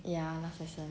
ya last lesson